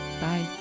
Bye